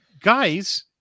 guys